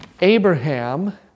Abraham